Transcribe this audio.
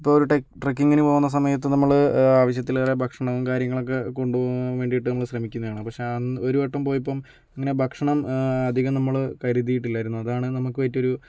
ഇപ്പോൾ ഒരു ട്ര ട്രക്കിങ്ങിന് പോകുന്ന സമയത്ത് നമ്മള് ആവശ്യത്തിലേറെ ഭക്ഷണവും കാര്യങ്ങളൊക്കെ കൊണ്ട് പോകാൻ വേണ്ടിയിട്ട് നമ്മള് ശ്രമിക്കുന്നെയാണ് പക്ഷെ അന്ന് ഒരു വട്ടം പോയപ്പോൾ ഇങ്ങനെ ഭക്ഷണം അധികം നമ്മള് കരുതീട്ടില്ലായിരുന്നു അതാണ് നമുക്ക് പറ്റിയ ഒരു